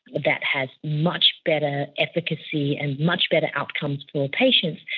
that has much better efficacy and much better outcomes for patients,